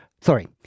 Sorry